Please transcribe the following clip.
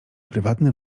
prywatny